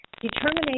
Determination